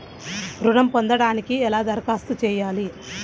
ఋణం పొందటానికి ఎలా దరఖాస్తు చేయాలి?